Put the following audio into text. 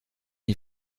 die